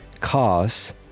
cause